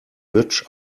götsch